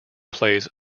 plays